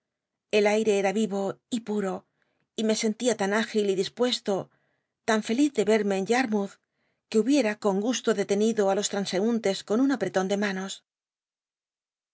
el aiac era ilo y puro y me cnlia tan igil y dispuesto tan feliz de cmc en y ll'lnou th ne hubiem con gusto detenido i los taanseun tes con un apretón de manos